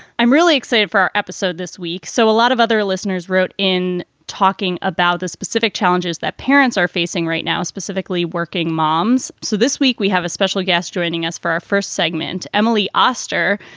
i'm really excited for our episode this week. so a lot of other listeners wrote in talking about the specific challenges that parents are facing right now, specifically working moms. so this week we have a special guest joining us for our first segment, emily oster,